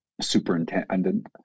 superintendent